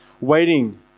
waiting